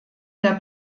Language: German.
der